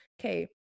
okay